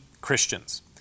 Christians